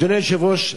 אדוני היושב-ראש,